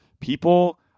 people